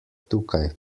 tukaj